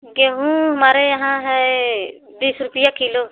गेहूँ हमारे यहाँ है बीस रुपये किलो